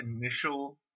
initial